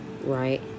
Right